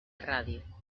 radio